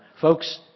folks